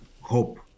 hope